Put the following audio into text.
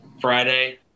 friday